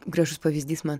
gražus pavyzdys man